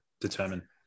determine